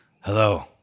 hello